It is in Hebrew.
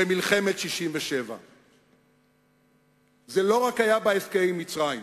במלחמת 67'. זה לא רק היה בהסכם עם מצרים.